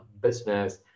business